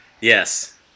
Yes